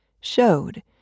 showed